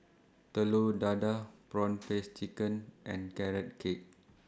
Telur Dadah Prawn Paste Chicken and Carrot Cake